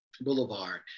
Boulevard